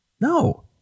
No